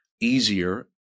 easier